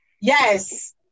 Yes